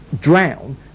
drown